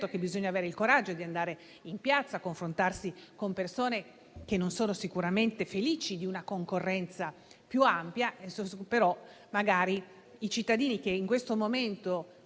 bisognerebbe avere il coraggio di andare in piazza a confrontarsi con persone che non sarebbero sicuramente felici di avere una concorrenza più ampia, ma magari i cittadini, che in questo momento